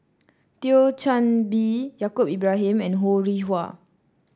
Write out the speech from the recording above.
Thio Chan Bee Yaacob Ibrahim and Ho Rih Hwa